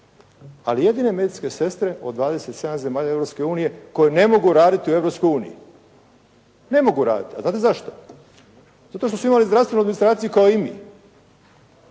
Ali jedine medicinske sestre od 27 zemalja Europske unije koje ne mogu raditi u Europskoj uniji ne mogu raditi. A znate zašto? Zato što su imali zdravstvenu administraciju kao i mi